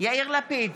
יאיר לפיד,